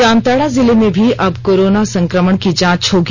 जामताड़ा जिले में भी अब कोरोना संक्रमण की जांच होगी